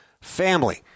family